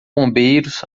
bombeiros